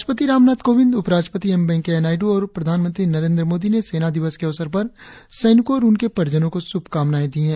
राष्ट्रपति रामनाथ कोविंद उपराष्ट्रपति एम वेंकैया नायडू और प्रधानमंत्री नरेंद्र मोदी ने सेना दिवस के अवसर पर सैनिकों और उनके परिजनों को शुभकामनाएं दी है